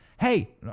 Hey